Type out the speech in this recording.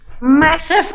Massive